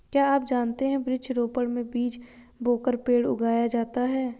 क्या आप जानते है वृक्ष रोपड़ में बीज बोकर पेड़ उगाया जाता है